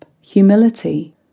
Humility